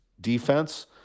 defense